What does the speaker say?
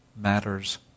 matters